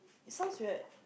it sounds weird